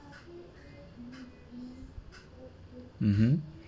mmhmm